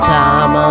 time